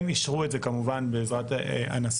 הם אישרו את זה, כמובן, בעזרת הנשיא.